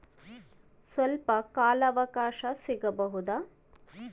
ಸ್ವಲ್ಪ ಕಾಲ ಅವಕಾಶ ಸಿಗಬಹುದಾ?